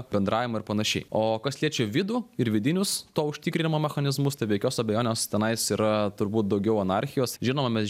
bendravimą ir panašiai o kas liečia vidų ir vidinius to užtikrinimo mechanizmus tai be jokios abejonės tenais yra turbūt daugiau anarchijos žinoma mes